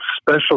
special